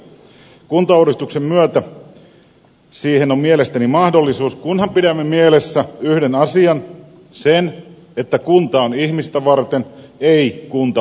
kuntauudistuksen myötä siihen on mielestäni mahdollisuus kunhan pidämme mielessä yhden asian sen että kunta on ihmistä varten ei kunta vallanpitäjiä varten